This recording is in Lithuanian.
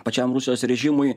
pačiam rusijos režimui